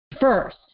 first